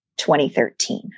2013